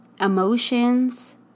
emotions